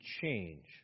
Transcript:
change